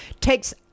takes